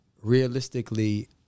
realistically